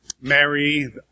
Mary